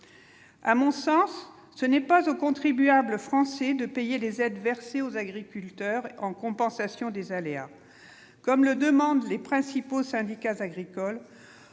à mon sens, ce n'est pas au contribuable français de payer les aides versées aux agriculteurs en compensation des aléas, comme le demandent les principaux syndicats agricoles,